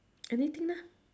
anything lah